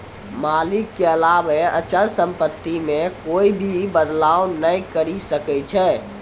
मालिक के अलावा अचल सम्पत्ति मे कोए भी बदलाव नै करी सकै छै